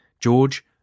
George